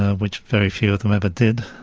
ah which very few of them ever did.